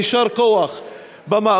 יישר כוח במאבק.